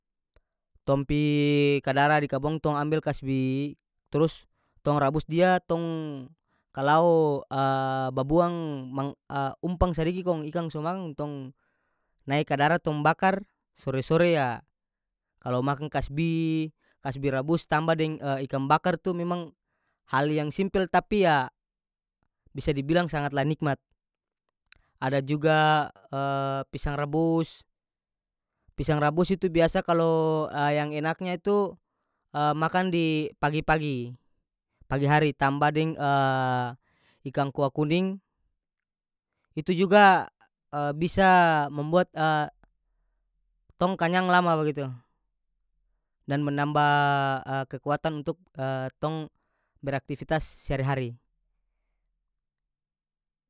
Tong pi kadara di kabong tong ambel kasbi trus tong rabus dia tong kalao babuang mang umpang sadiki kong ikang so makang tong nae kadara tong bakar sore-sore ya kalo makang kasbi- kasbi rabus tamba deng ikang bakar tu memang hal yang simpel tapi ya bisa dibilang sangatlah nikmat ada juga pisang rabus pisang rabus itu biasa kalo yang enaknya tu makan di pagi-pagi pagi hari tamba deng ikang kua kuning itu juga bisa membuat tong kanyang lama bagitu dan menambah kekuatan untuk tong beraktifitas sehari-hari.